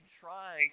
try